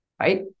right